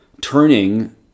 turning